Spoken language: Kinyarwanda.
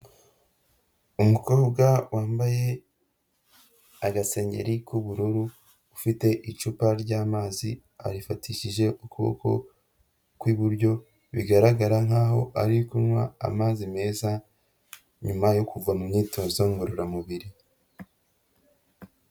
Umukobwa wambaye agasengeri k'ubururu ufite icupa ryamazi arifatishije ukuboko kw'iburyo, bigaragara nkaho ari kunywa amazi meza nyuma yo kuva mu myitozo ngororamubiri.